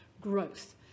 growth